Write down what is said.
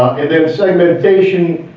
and then segmentation,